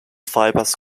fibers